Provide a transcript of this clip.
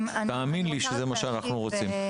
תאמין לי שזה מה שאנחנו רוצים.